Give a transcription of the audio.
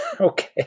Okay